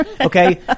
Okay